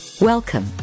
Welcome